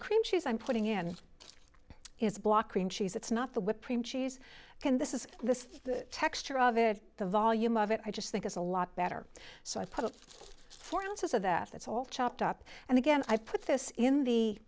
the cream cheese i'm putting in is blocking cheese it's not the whipped cream cheese can this is this the texture of it the volume of it i just think it's a lot better so i put four ounces of that that's all chopped up and again i put this in the